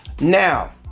Now